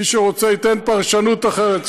ומי שרוצה ייתן פרשנות אחרת.